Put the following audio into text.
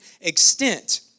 extent